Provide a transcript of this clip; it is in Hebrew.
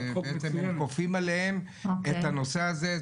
הם כופים עליהם את הנושא הזה.